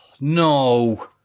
No